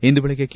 ಇಂದು ಬೆಳಿಗ್ಗೆ ಕೆ